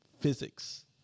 physics